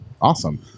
Awesome